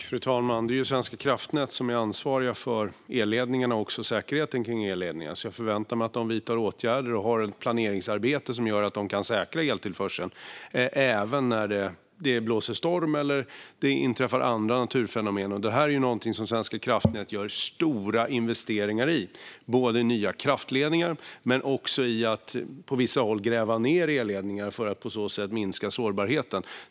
Fru talman! Det är ju Svenska kraftnät som är ansvariga för elledningarna och även för säkerheten kring elledningarna, så jag förväntar mig att de vidtar åtgärder och har ett planeringsarbete som gör att de kan säkra eltillförseln även när det blåser storm eller när det inträffar andra naturfenomen. Detta är ju någonting som Svenska kraftnät gör stora investeringar i, både när det gäller nya kraftledningar och när det gäller att på vissa håll gräva ned elledningar för att på så sätt minska sårbarheten.